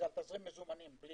זה על תזרים מזומנים בלי